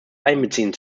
einbeziehen